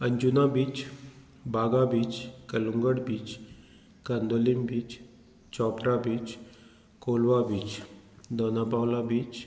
Anjuna beach Baga beach Calangute beach Candolim beach Chapora beach Colva beach Dona Paula beach